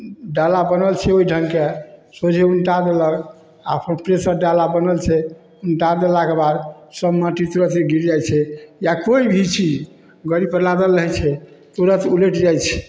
डाला बनल छै ओहि ढङ्गके सोझे उनटा देलक आओर अपन प्रेशर डाला बनल छै उनटा देलाके बाद सब माटि तुरन्ते गिर जाइ छै या कोइ भी चीज गाड़ीपर लाधल रहै छै तुरन्त उलटि जाइ छै